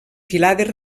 filades